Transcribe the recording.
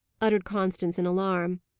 uttered constance in alarm.